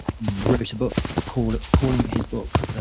wrote a book calling calling his book,